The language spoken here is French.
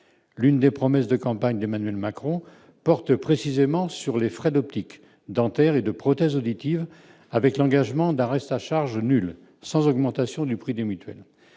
l'une des promesses de campagne d'Emmanuel Macron, porte précisément sur les frais d'optique dentaire et de prothèses auditives avec l'engagement d'arrêt, ça charge nulle sans augmentation du prix des mutuelles